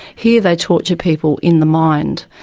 here they torture people in the mind.